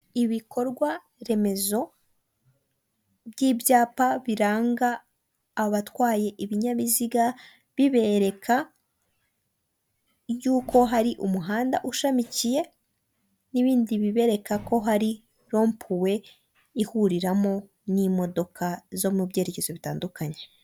Ibikorwa remezo by'ibyapa biranga abatwaye ibinyabiziga bibereka y'uko hari umuhanda ushamikiye, n'ibindi bibereka ko hari rompuwe ihuriramo n'imodoka zo mu byerekezo bitandukanye.